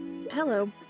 Hello